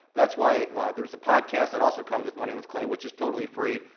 that's why why there's the podcast that also comes with money with clay which is totally free,